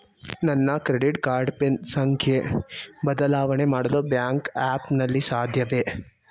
ನನ್ನ credit card PIN ಸಂಖ್ಯೆ ಬದಲಾವಣೆ ಮಾಡಲು ಬ್ಯಾಂಕ್ ಆ್ಯಪ್ ನಲ್ಲಿ ಸಾಧ್ಯವೇ?